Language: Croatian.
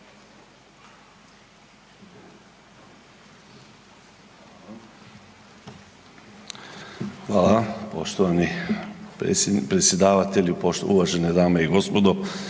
Hvala. Poštovani predsjedavatelju, uvažene dame i gospodo